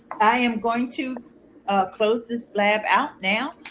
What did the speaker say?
i am going to close this blab out now,